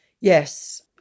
Yes